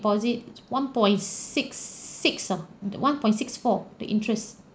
~posit one point six six ah the one point six four the interest